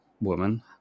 woman